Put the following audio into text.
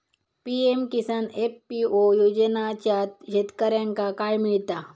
PM Kisan FPO योजनाच्यात शेतकऱ्यांका काय मिळता?